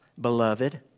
Beloved